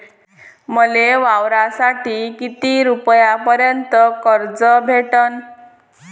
मले वावरासाठी किती रुपयापर्यंत कर्ज भेटन?